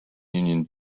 union